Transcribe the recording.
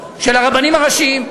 של הרבנים הראשיים,